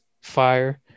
fire